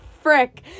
frick